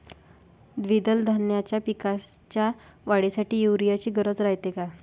द्विदल धान्याच्या पिकाच्या वाढीसाठी यूरिया ची गरज रायते का?